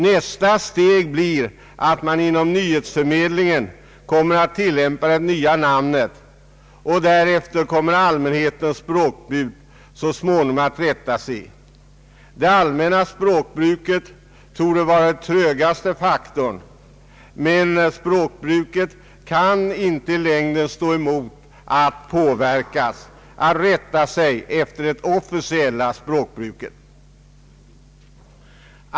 Nästa steg blir att man inom nyhetsförmedlingen kommer att tillämpa de nya beteckningarna och därefter kommer allmänhetens språkbruk så småningom att rätta sig. Den trögaste faktorn torde vara det allmänna språkbruket, men detta kan inte i längden stå emot att påverkas och att rätta sig efter det officiella språkbruket.